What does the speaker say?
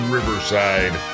Riverside